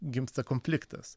gimsta konfliktas